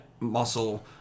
muscle